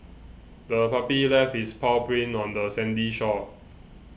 the puppy left its paw prints on the sandy shore